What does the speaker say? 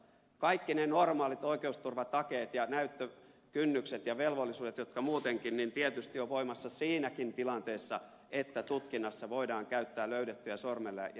kaikki ne normaalit oikeusturvatakeet ja näyttökynnykset ja velvollisuudet jotka ovat voimassa muutenkin niin tietysti ovat voimassa siinäkin tilanteessa että tutkinnassa voidaan käyttää löydettyjä sormenjälkiä hyväksi